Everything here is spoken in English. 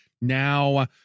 now